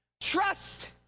trust